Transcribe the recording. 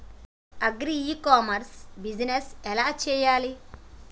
Agri e commerce business ఎలా చెయ్యాలి?